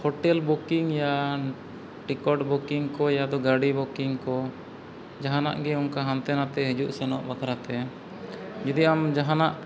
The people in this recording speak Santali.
ᱦᱳᱴᱮᱞ ᱵᱩᱠᱤᱝ ᱭᱟ ᱴᱤᱠᱚᱴ ᱵᱩᱠᱤᱝ ᱠᱚ ᱭᱟᱫᱚ ᱜᱟᱹᱰᱤ ᱵᱩᱠᱤᱝ ᱠᱚ ᱡᱟᱦᱟᱱᱟᱜ ᱜᱮ ᱚᱱᱠᱟ ᱦᱟᱱᱛᱮ ᱱᱟᱛᱮ ᱦᱤᱡᱩᱜ ᱥᱮᱱᱚᱜ ᱵᱟᱠᱷᱟᱨᱟᱛᱮ ᱡᱩᱫᱤ ᱟᱢ ᱡᱟᱦᱟᱱᱟᱜ